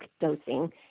dosing